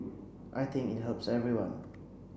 I think it helps everyone